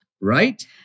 Right